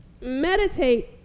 meditate